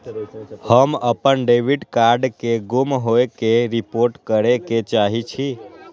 हम अपन debit card के गुम होय के रिपोर्ट करे के चाहि छी